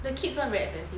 the kids [one] very expensive